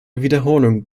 wiederholung